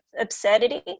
absurdity